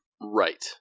Right